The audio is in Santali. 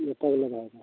ᱢᱟᱥᱮ ᱜᱚᱴᱟᱞᱮ ᱞᱟᱜᱟᱣᱫᱟ